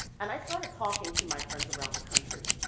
and i started talking to my friends around the country,